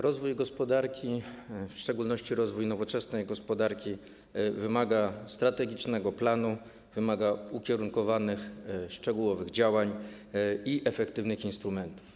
Rozwój gospodarki, w szczególności rozwój nowoczesnej gospodarki, wymaga strategicznego planu, ukierunkowanych, szczegółowych działań i efektywnych instrumentów.